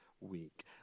week